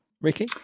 Ricky